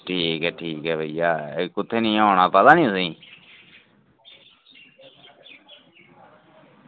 ठीक ऐ ठीक ऐ भैया एह् कुत्थें नेहें आना पता निं तुसें ई